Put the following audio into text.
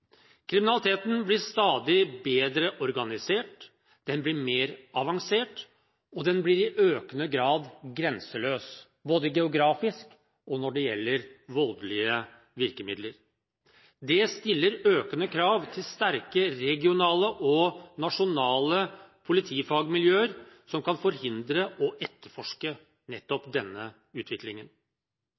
Kriminaliteten blir stadig bedre organisert, mer avansert og i økende grad grenseløs, både geografisk og når det gjelder voldelige virkemidler. Det stiller økende krav til sterke regionale og nasjonale politifagmiljøer som kan forhindre og etterforske nettopp denne utviklingen.